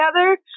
together